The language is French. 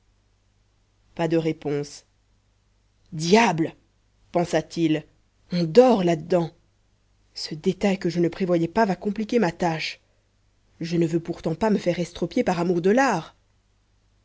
pas de réponse diable pensa-t-il on dort là-dedans ce détail que je ne prévoyais pas va compliquer ma tâche je ne veux pourtant pas me faire estropier par amour de l'art